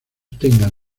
tengan